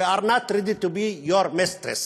we are not ready to be your mistress,